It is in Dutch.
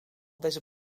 deze